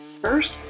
First